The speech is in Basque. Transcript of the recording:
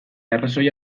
arrazoia